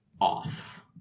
off